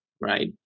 right